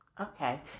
Okay